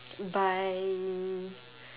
by